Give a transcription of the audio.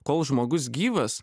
kol žmogus gyvas